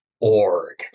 org